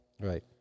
Right